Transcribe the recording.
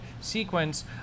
sequence